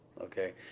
Okay